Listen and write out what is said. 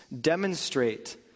demonstrate